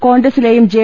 കോൺഗ്ര സിലെയും ജെ